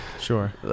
sure